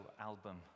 album